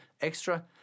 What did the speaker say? extra